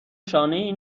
شانهای